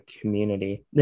community